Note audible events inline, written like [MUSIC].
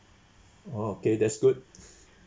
okay that's good [BREATH]